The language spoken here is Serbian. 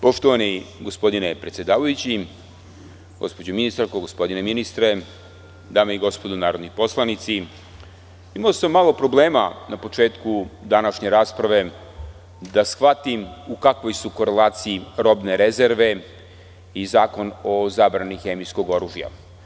Poštovani gospodine predsedavajući, gospođo ministarka, gospodine ministre, dame i gospodo narodni poslanici, imao sam malo problema na početku današnje rasprave da shvatim u kakvoj su korelaciji robne rezerve i Zakon o zabrani hemijskog oružja.